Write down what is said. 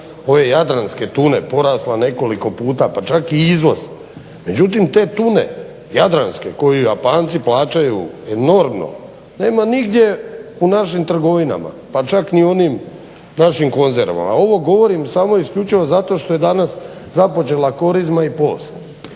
ove jadranske tune porasla nekoliko puta pa čak i izvoz. Međutim te tune jadranske koju Japanci plaćaju enormno nema nigdje u našim trgovinama, pa čak ni u onim našim konzervama. A ovo govorim isključivo zato što je danas započela korizma i post